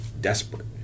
desperate